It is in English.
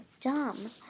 dumb